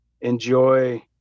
enjoy